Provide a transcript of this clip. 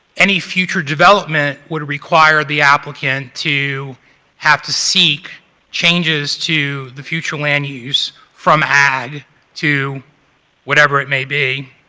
any future development would require the applicant to have to seek changes to the future land use from ag to whatever it may be.